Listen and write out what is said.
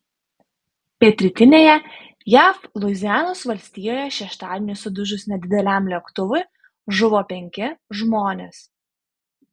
pietrytinėje jav luizianos valstijoje šeštadienį sudužus nedideliam lėktuvui žuvo penki žmonės